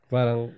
Parang